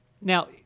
Now